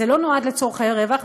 זה לא נועד לצורכי רווח.